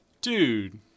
Dude